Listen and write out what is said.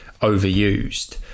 overused